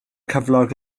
cyflog